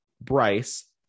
Bryce